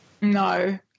No